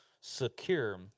secure